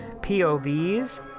POVs